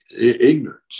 ignorance